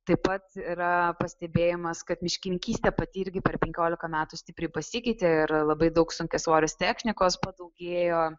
taip pat yra pastebėjimas kad miškininkystė pati irgi per penkiolika metų stipriai pasikeitė ir labai daug sunkiasvorės technikos padaugėjo